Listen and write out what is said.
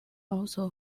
also